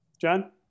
John